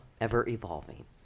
ever-evolving